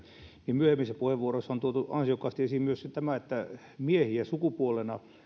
niin myöhemmissä puheenvuoroissa on tuotu ansiokkaasti esiin myöskin tämä että miehiä